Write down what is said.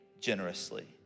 generously